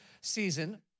season